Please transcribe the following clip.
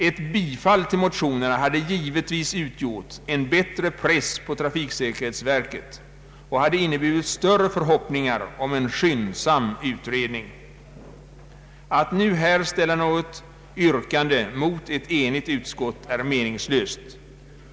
Ett bifall till motionerna hade givetvis utgjort en bättre press på trafiksäkerhetsverket och inneburit större förhoppning om en skyndsam utredning. Att nu ställa ett yrkande mot ett enigt utskott är meningslöst.